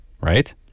right